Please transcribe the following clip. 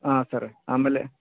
ಹಾಂ ಸರ್ ಆಮೇಲೆ